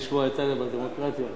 טלב על הדמוקרטיה.